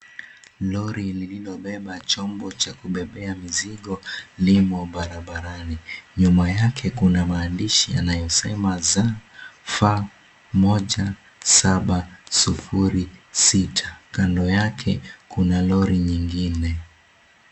Lori lililobeba chombo cha kubebea mizigo, limo barabarani. Nyuma yake kuna maandishi yanayosema, ZF1706. Kando yake kuna lori lingine.